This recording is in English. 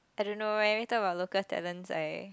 I don't know eh every time we talk about local talents I